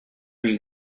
you